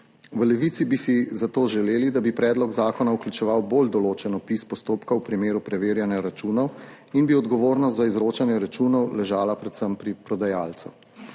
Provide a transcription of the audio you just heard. V Levici bi si zato želeli, da bi predlog zakona vključeval bolj določen opis postopka v primeru preverjanja računov in bi odgovornost za izročanje računov ležala predvsem pri prodajalcu.